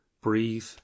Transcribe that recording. breathe